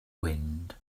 wind